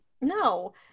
no